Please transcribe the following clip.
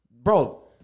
Bro